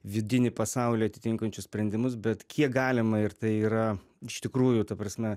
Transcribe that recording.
vidinį pasaulį atitinkančius sprendimus bet kiek galima ir tai yra iš tikrųjų ta prasme